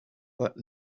but